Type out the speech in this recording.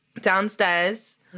downstairs